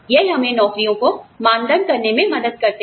यह हमें नौकरियों को मानदण्ड करने में मदद करते हैं